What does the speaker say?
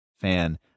fan